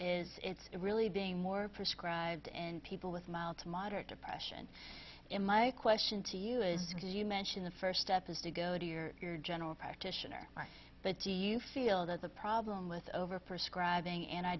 is it's really being more prescribed in people with mild to moderate depression in my question to you is because you mention the first step is to go to your general practitioner but do you feel there's a problem with overprescribing an